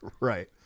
right